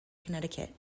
connecticut